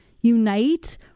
unite